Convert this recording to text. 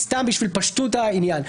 בשביל פשטות העניין,